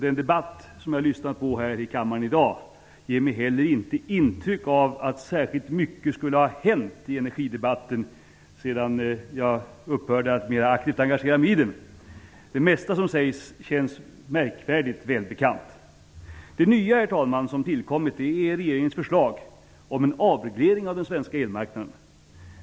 Den debatt som jag har lyssnat på här i kammaren i dag ger mig heller inte intryck av att särskilt mycket skulle ha hänt i energidebatten sedan jag upphörde att mera aktivt engagera mig i den. Det mesta som sägs känns märkvärdigt välbekant. Det nya, herr talman, som tillkommit är regeringens förslag om en avreglering av den svenska elmarknaden.